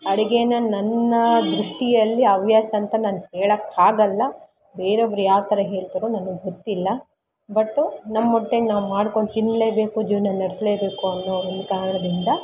ಅಡಿಗೆನ ನನ್ನ ದೃಷ್ಟಿಯಲ್ಲಿ ಹವ್ಯಾಸ ಅಂತ ನಾನು ಹೇಳಕ್ಹಾಗಲ್ಲ ಬೇರೆಯೊಬ್ರು ಯಾವ್ತರ ಹೇಳ್ತರೋ ನನಗೆ ಗೊತ್ತಿಲ್ಲ ಬಟ್ಟು ನಮ್ಮ ಹೊಟ್ಟೆಗೆ ನಾವು ಮಾಡ್ಕೊಂಡು ತಿನ್ಲೇಬೇಕು ಜೀವನ ನಡೆಸ್ಲೇಬೇಕು ಅನ್ನೋ ಒಂದು ಕಾರಣದಿಂದ